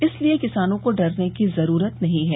इसलिए किसानों को डरने की जरूरत नहीं है